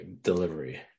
delivery